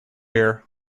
here